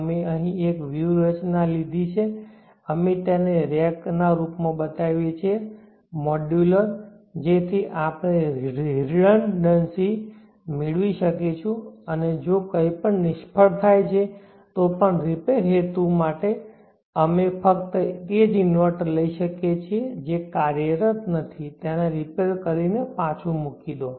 અમે અહીં એક વ્યૂહરચના લીધી છે કે અમે તેને રેકના રૂપમાં બનાવીએ છીએ મોડ્યુલર જેથી આપણે રીડન્ડન્સી મેળવી શકીશું અને જો કંઈપણ નિષ્ફળ થાય છે તો પણ રિપેર હેતુ માટે અમે ફક્ત તે જ ઇન્વર્ટર લઈ શકીએ છીએ જે કાર્યરત નથી તેને રિપેરકરીને પાછું મૂકી દો